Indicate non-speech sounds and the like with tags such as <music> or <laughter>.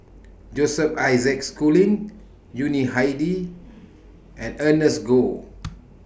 Joseph Isaac Schooling Yuni Hadi and Ernest Goh <noise>